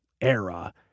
era